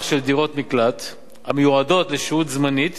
של דירות מקלט המיועדות לשהות זמנית